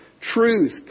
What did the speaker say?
truth